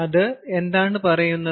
അത് എന്താണ് പറയുന്നത്